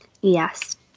Yes